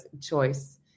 choice